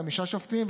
חמישה שופטים,